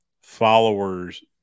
followers